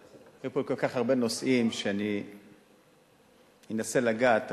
היו פה כל כך הרבה נושאים ואנסה לגעת בהם,